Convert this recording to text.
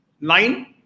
Nine